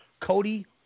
Cody